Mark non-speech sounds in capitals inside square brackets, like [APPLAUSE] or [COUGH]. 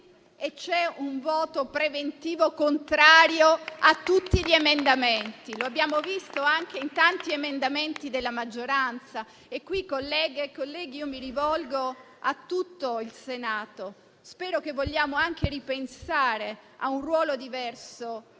e c'è un voto preventivo contrario su tutti gli emendamenti. [APPLAUSE] Lo abbiamo visto anche con tanti emendamenti della maggioranza. E a tale proposito, colleghe e colleghi, mi rivolgo a tutto il Senato: spero che vogliamo anche ripensare a un rapporto diverso